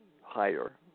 higher